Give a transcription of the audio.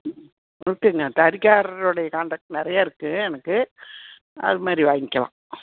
தறிக்காரரோட contract நிறைய இருக்கு எனக்கு அதுமாரி வாங்கிக்கலாம்